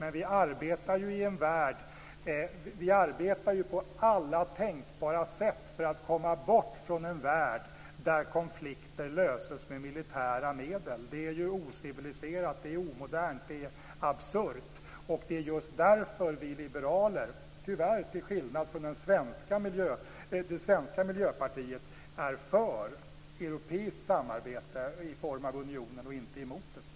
Men vi arbetar på alla tänkbara sätt för att komma bort från en värld där konflikter löses med militära medel. Det är ociviliserat. Det är omodernt. Det är absurt. Det är just därför vi liberaler, tyvärr till skillnad från det svenska Miljöpartiet, är för europeiskt samarbete i form av unionen och inte är emot det.